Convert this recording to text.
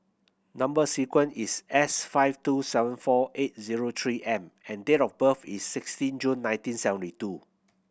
number sequence is S five two seven four eight zero Three M and date of birth is sixteen June nineteen seventy two